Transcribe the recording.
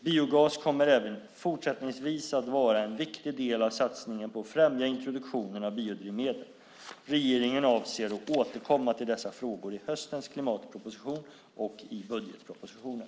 Biogas kommer även fortsättningsvis att vara en viktig del av satsningen på att främja introduktionen av biodrivmedel. Regeringen avser att återkomma till dessa frågor i höstens klimatproposition och i budgetpropositionen.